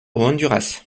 honduras